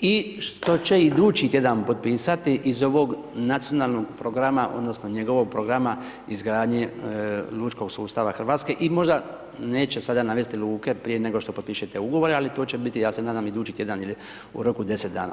i što će idući tjedan potpisati iz ovog nacionalnog programa, odnosno, njegovog programa izgradnje lučkog sustava Hrvatske i možda neće sada navesti luke prije nego što potpišete ugovore, ali to će biti, ja se nadam idući tjedan ili u roku 10 dana.